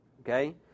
Okay